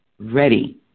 ready